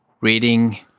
reading